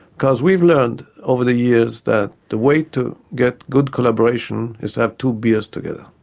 because we have learned over the years that the way to get good collaboration is to have two beers together.